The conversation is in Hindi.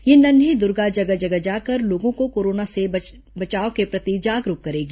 यह नन्हीं दुर्गा जगह जगह जाकर लोगों को कोरोना से बचाव के प्रति जागरूक करेगी